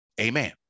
Amen